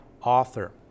author